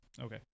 Okay